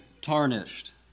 tarnished